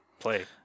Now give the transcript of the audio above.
play